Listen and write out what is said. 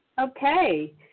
Okay